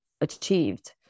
achieved